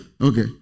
Okay